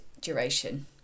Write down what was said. duration